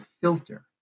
filter